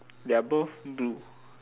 they're both blue